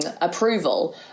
approval